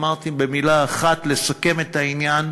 אמרתי במילה אחת, לסכם את העניין: